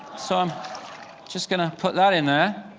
so i'm just going to put that in there.